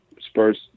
Spurs